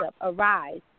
Arise